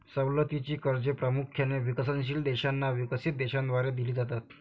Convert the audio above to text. सवलतीची कर्जे प्रामुख्याने विकसनशील देशांना विकसित देशांद्वारे दिली जातात